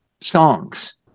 songs